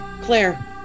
Claire